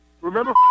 Remember